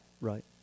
right